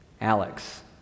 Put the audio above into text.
Alex